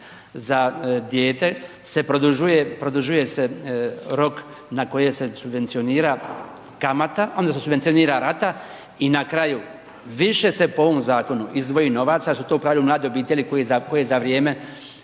produžuje, produžuje se rok na koje se subvencionira kamata, onda se subvencionira rata i na kraju više se po ovom zakonu izdvoji novaca jer su u pravilu mlade obitelji koje za vrijeme,